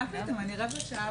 מה פתאום, אני רבע שעה פה.